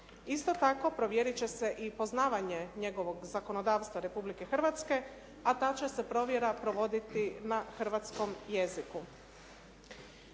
Isto tako provjeriti će se i poznavanje njegovog zakonodavstva Republike Hrvatske, a ta će se provjera provoditi na hrvatskom jeziku.